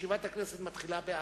ישיבת הכנסת מתחילה ב-16:00.